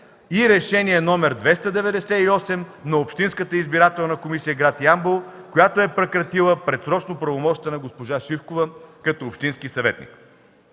и Решение № 298 на Общинската избирателна комисия – гр. Ямбол, която е прекратила предсрочно пълномощията на госпожа Сивкова като общински съветник.